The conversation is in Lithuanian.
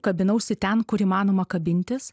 kabinausi ten kur įmanoma kabintis